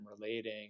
relating